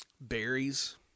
berries